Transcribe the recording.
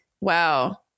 wow